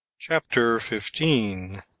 chapter fifteen.